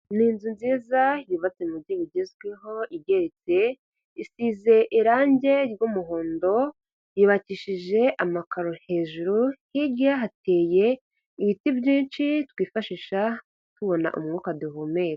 Ni inzu nziza yubatse m'uburyo bugezweho igeretse, isize irangi ry'umuhondo, yubakishije amakaro hejuru, hirya hateye ibiti byinshi twifashisha tubona umwuka duhumeka.